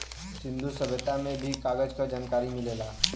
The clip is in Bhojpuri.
सिंन्धु सभ्यता में भी कागज क जनकारी मिलेला